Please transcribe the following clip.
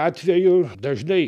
atveju dažnai